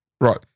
Right